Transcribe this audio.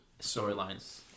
Storylines